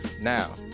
now